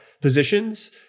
positions